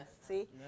See